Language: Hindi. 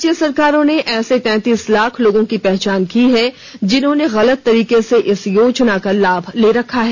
राज्य सरकारों ने ऐसे तैंतीस लाख लोगों की पहचान की है जिन्होंन गलत तरीके इस योजना की लाभ ले रखा है